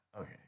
Okay